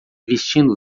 vestindo